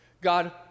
God